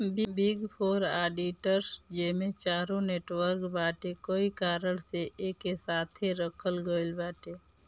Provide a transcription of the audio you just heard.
big four auditors जेमे चारो network बाटे कई कारण से एके साथे रखल गईल बाटे